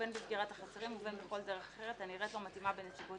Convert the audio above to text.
בין בסגירת החצרים ובין בכל דרך אחרת הנראית לו מתאימה בנסיבות